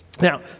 Now